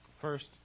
first